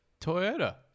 Toyota